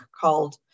called